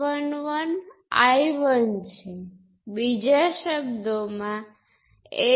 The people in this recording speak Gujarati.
હવે આપણે બે પોર્ટ નું h પેરામિટર નું રિપ્રેઝન્ટેશન શાખાઓ હશે